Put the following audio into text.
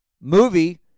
movie